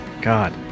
god